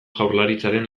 jaurlaritzaren